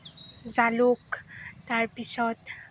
জালুক তাৰ পিছত